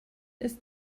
ist